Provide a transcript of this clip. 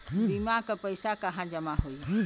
बीमा क पैसा कहाँ जमा होई?